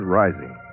rising